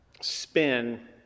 spin